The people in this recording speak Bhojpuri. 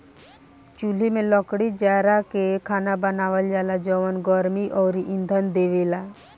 चुल्हि में लकड़ी जारा के खाना बनावल जाला जवन गर्मी अउरी इंधन देवेला